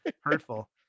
hurtful